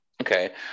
Okay